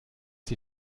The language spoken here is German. sie